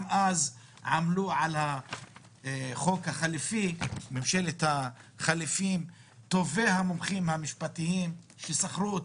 גם אז עמלו על חוק ממשלת החילופים טובי המומחים המשפטיים שנשכרו,